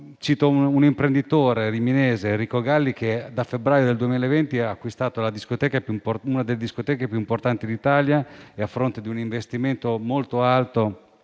Cito un imprenditore riminese, Enrico Galli, che nel febbraio 2020 ha acquistato una delle discoteche più importanti d'Italia e a fronte di un investimento molto alto,